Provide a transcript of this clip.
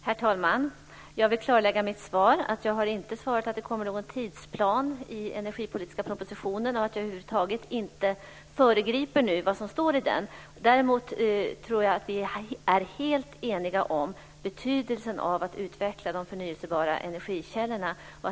Herr talman! Jag vill klarlägga mitt svar. Jag har inte svarat att det kommer någon tidsplan i energipolitiska propositionen. Jag föregriper nu över huvud taget inte vad som står i den. Däremot tror jag att vi är helt eniga om betydelsen av att utveckla de förnybara energikällorna.